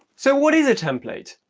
so what is a template?